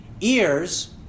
ears